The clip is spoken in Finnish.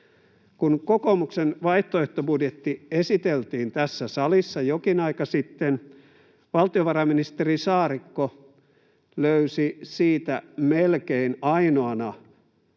Kun kokoomuksen vaihtoehtobudjetti esiteltiin tässä salissa jokin aika sitten, valtiovarainministeri Saarikko löysi siitä melkein ainoana